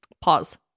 Pause